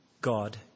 God